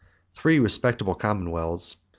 three respectable commonwealths,